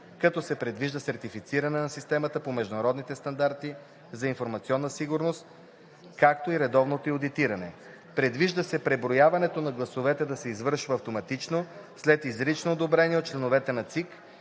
като се предвижда сертифициране на системата по международните стандарти за информационна сигурност, както и редовното ѝ одитиране. Предвижда се преброяването на гласовете да се извършва автоматично, след изрично одобрение от членовете на ЦИК,